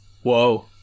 Whoa